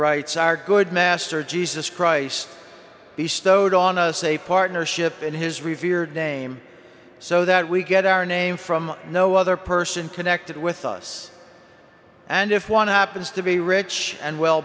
our good master jesus christ be stowed on us a partnership in his review name so that we get our name from no other person connected with us and if one happens to be rich and well